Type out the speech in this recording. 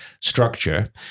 structure